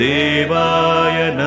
Devaya